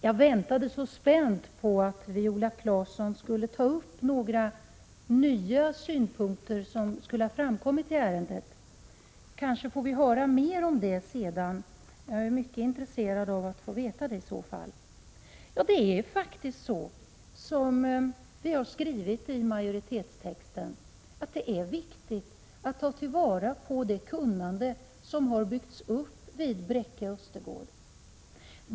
Jag väntade spänt på att Viola Claesson skulle ta upp några nya synpunkter som skulle ha framkommit i ärendet. Kanske får vi höra mer om det sedan. Jag är mycket intresserad av att få veta det. Prot. 1986/87:94 Det är faktiskt så, som vi skriver i utskottstexten: Det är viktigt att ta vara 25 mars 1987 på det kunnande som byggts upp vid Bräcke Östergård.